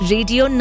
Radio